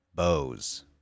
Bose